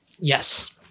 Yes